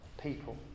people